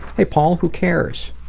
hey paul who cares?